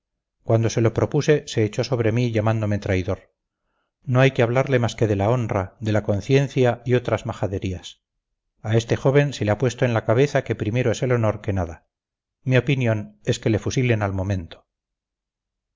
cuando se lo propuse se echó sobre mí llamándome traidor no hay que hablarle más que de la honra de la conciencia y otras majaderías a este joven se le ha puesto en la cabeza que primero es el honor que nada mi opinión es que le fusilen al momento